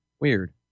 Weird